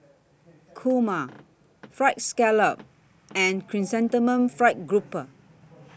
Kurma Fried Scallop and Chrysanthemum Fried Grouper